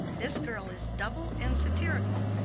this girl is double and satirical.